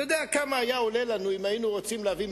אתה יודע כמה היה עולה לנו אם היינו רוצים להביא,